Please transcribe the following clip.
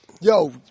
yo